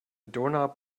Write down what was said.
doorknob